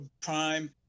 prime